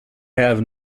have